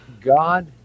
God